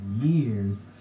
years